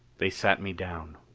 they sat me down,